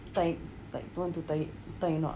tie tie want to tie tie a knot